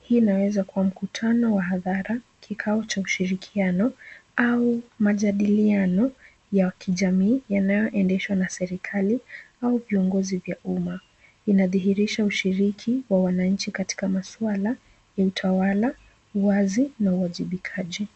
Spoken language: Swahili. Hii inawezakuwa mkutano wa hadhara, kikao cha ushirikiano au majadiliano ya kijamii yanayoendeshwa na serikali au viongozi vya umma. Inadhihirisha ushiriki wa wananchi katika maswala ya utawala, uwazi na uajibikaji.